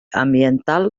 ambiental